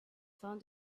found